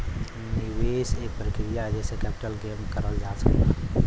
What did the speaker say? निवेश एक प्रक्रिया जेसे कैपिटल गेन करल जा सकला